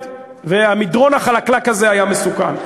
והמדרון החלקלק הזה היה מסוכן.